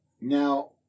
Now